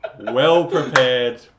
Well-prepared